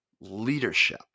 leadership